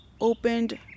opened